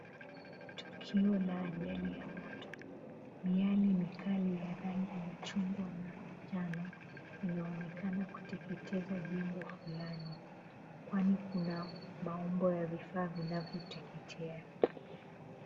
Tukio la ajali ya moto, miyale mikali ya rangi ya chungwa na njano inaonekana kuteketeza jengo fulani, kwani kuna maumbo ya vifaa vinavyoteketea.